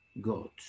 God